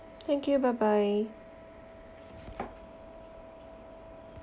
thank you bye bye